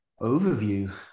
overview